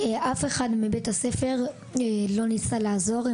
אף אחד בבית הספר לא ניסה לעזור לי.